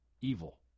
evil